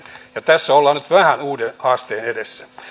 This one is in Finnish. ja tässä ollaan nyt vähän uuden haasteen edessä